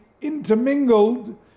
intermingled